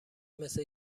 مثل